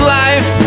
life